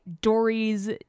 Dory's